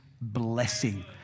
blessing